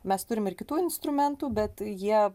mes turim ir kitų instrumentų bet jie